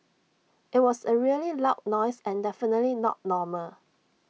IT was A really loud noise and definitely not normal